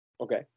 Okay